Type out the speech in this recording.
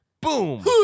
boom